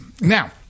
Now